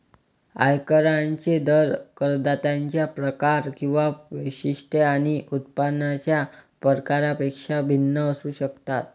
आयकरांचे दर करदात्यांचे प्रकार किंवा वैशिष्ट्ये आणि उत्पन्नाच्या प्रकारापेक्षा भिन्न असू शकतात